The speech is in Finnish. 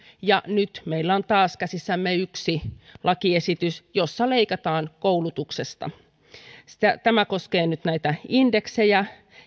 ja nyt meillä on taas käsissämme yksi lakiesitys jossa leikataan koulutuksesta tämä koskee nyt näitä indeksejä